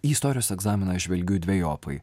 į istorijos egzaminą aš žvelgiu dvejopai